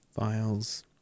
files